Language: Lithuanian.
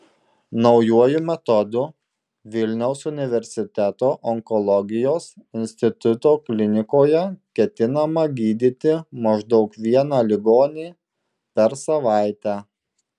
naujuoju metodu vilniaus universiteto onkologijos instituto klinikoje ketinama gydyti maždaug vieną ligonį per savaitę